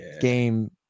game